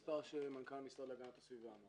של מנכ"ל המשרד להגנת הסביבה.